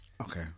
Okay